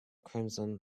crimson